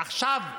עכשיו,